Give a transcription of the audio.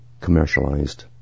commercialized